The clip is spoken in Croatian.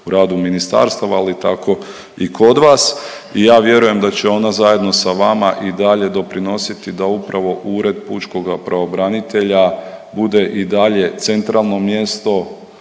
o radu ministarstava ali tako i kod vas i ja vjerujem da će ona zajedno sa vama i dalje doprinositi da upravo Ured pučkoga pravobranitelja bude i dalje centralno mjesto